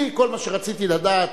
כל מה שרציתי לדעת,